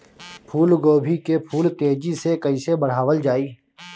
फूल गोभी के फूल तेजी से कइसे बढ़ावल जाई?